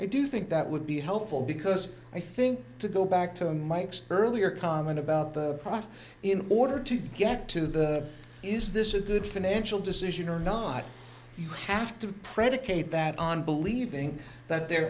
i do think that would be helpful because i think to go back to mike sperling your comment about the process in order to get to the is this a good financial decision or not you have to predicate that on believing that there